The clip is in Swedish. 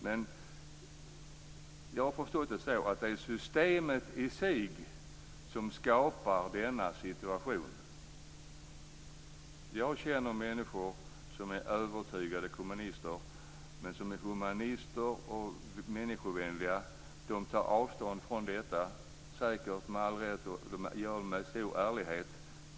Men jag har förstått att det är systemet i sig som skapar denna situation. Jag känner människor som är övertygade kommunister men som är humanister och människovänliga, och de tar avstånd från detta - med all rätt och säkert med stor ärlighet.